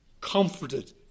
comforted